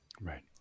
Right